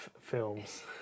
films